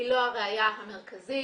היא לא הראייה המרכזית.